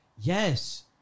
Yes